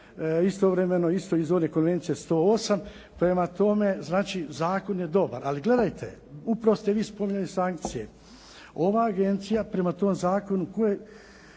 Istovremeno iz one konvencije 108. prema toma zakon je dobar. Ali gledajte, upravo ste vi spomenuli sankcije. Ova agencija prema tom zakonu kakve